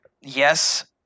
yes